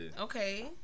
Okay